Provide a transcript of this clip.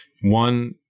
One